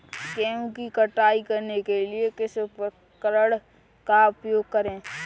गेहूँ की कटाई करने के लिए किस उपकरण का उपयोग करें?